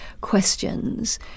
questions